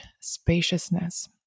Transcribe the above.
spaciousness